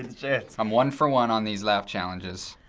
the chance. i'm one for one on these laugh challenges.